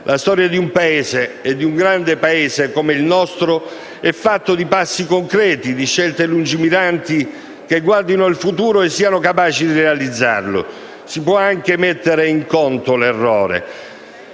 La storia di un Paese, di un grande Paese come il nostro, è fatta di passi concreti e di scelte lungimiranti che guardino al futuro e siano capaci di realizzarlo. Si può anche mettere in conto l'errore.